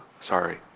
sorry